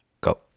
go